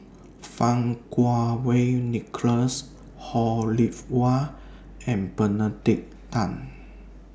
Fang Kuo Wei Nicholas Ho Rih Hwa and Benedict Tan